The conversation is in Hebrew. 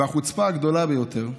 והחוצפה הגדולה ביותר,